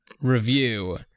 review